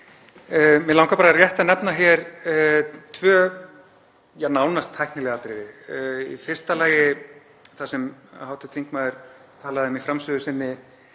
Mig langar bara rétt að nefna tvö nánast tæknileg atriði. Í fyrsta lagi það sem hv. þingmaður talaði um í framsögu sinni